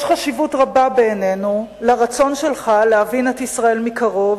יש חשיבות רבה בעינינו לרצון שלך להבין את ישראל מקרוב,